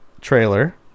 trailer